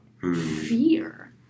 fear